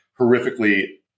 horrifically